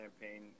campaign